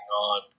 on